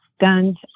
guns